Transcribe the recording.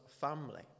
family